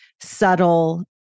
subtle